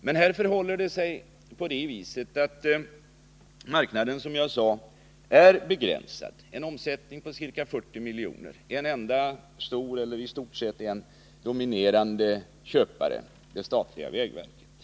Men nu har vi, som jag sagt, en begränsad marknad, med en omsättning på ca 40 miljoner och en i stort sett helt dominerande köpare, nämligen det statliga vägverket.